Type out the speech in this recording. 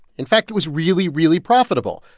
in fact, it was really, really profitable.